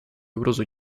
угрозу